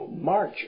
march